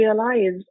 realize